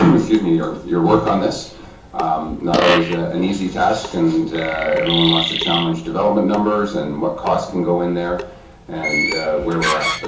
excuse me your your work on this not always ah an easy task and everyone wants to challenge development numbers and what cost can go in there and where we're at, but